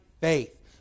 faith